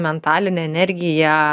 mentalinę energiją